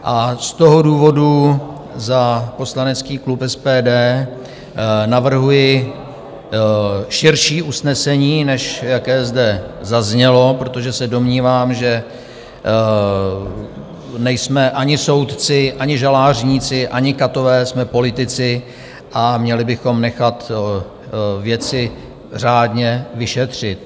A z toho důvodu za poslanecký klub SPD navrhuji širší usnesení, než jaké zde zaznělo, protože se domnívám, že nejsme ani soudci, ani žalářníci, ani katové, jsme politici a měli bychom nechat věci řádně vyšetřit.